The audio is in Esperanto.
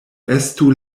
estu